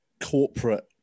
corporate